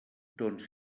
doncs